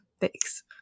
Thanks